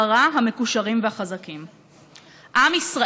שריך סוררים וחברי גנבים כֻּלו אהב שוחד ורֹדף